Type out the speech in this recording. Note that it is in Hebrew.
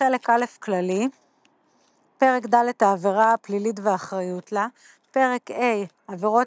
חלק א' כללי פרק ד' העבירה הפלילית ואחריות לה פרק ה' עבירות